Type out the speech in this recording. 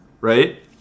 Right